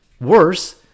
worse